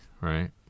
right